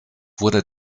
wurde